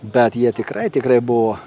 bet jie tikrai tikrai buvo